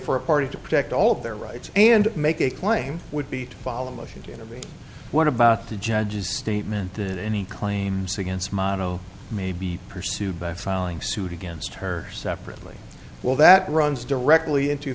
for a party to protect all their rights and make a claim would be to follow a motion to intervene what about the judge's statement that any claims against mano may be pursued by filing suit against her separately well that runs directly into